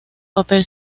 papel